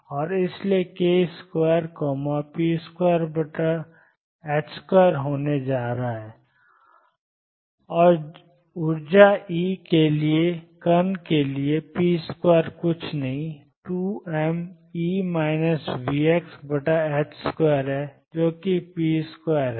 और इसलिए k2 p22 होने जा रहा है और ऊर्जा E के एक कण के लिए p2 कुछ नहीं 2m2 है जो कि p2 है